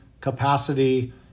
capacity